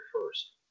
first